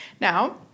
now